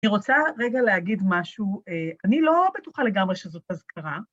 אני רוצה רגע להגיד משהו, אני לא בטוחה לגמרי שזאת אזכרה.